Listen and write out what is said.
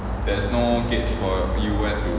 there's no gauge for you when to